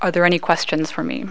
are there any questions for me